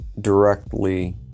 directly